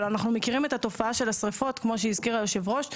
אבל אנחנו מכירים את התופעה של השריפות כמו שהזכיר היושב-ראש,